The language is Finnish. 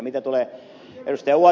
mitä tulee ed